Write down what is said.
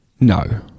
No